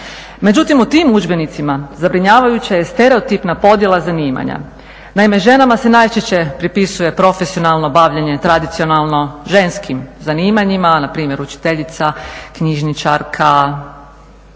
Međutim u tim udžbenicima zabrinjavajuća je stereotipna podjela zanimanja. Naime, ženama se najčešće pripisuje profesionalno bavljenje tradicionalno ženskim zanimanjima, npr. učiteljica, knjižničarka,